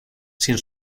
sin